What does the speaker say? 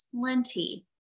plenty